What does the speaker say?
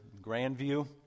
Grandview